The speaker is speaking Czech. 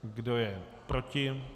Kdo je proti?